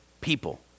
people